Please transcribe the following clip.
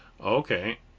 Okay